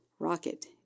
Rocket